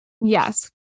Yes